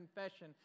confession